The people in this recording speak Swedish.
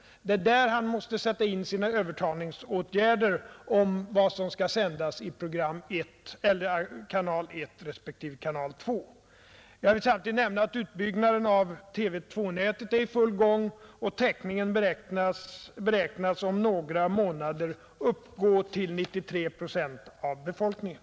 Det är där han måste sätta in sina övertalningsåtgärder i fråga om vad som skall sändas i kanal 1 respektive kanal 2. Jag vill samtidigt nämna att utbyggnaden av TV 2-nätet är i full gång, och täckningen beräknas om några månader uppgå till 93 procent av befolkningen.